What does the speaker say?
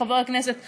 חבר הכנסת סמוֹטריץ,